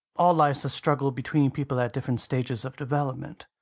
all life's a struggle between people at different stages of development,